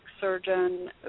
surgeon